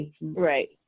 right